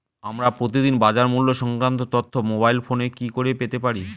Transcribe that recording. আমরা প্রতিদিন বাজার মূল্য সংক্রান্ত তথ্য মোবাইল ফোনে কি করে পেতে পারি?